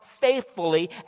faithfully